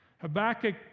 Habakkuk